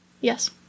Yes